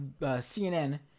CNN